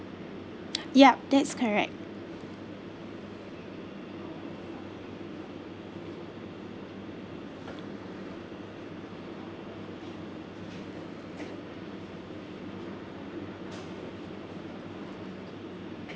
yup that's correct